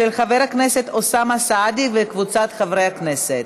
של חבר הכנסת אוסאמה סעדי וקבוצת חברי הכנסת.